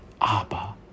Abba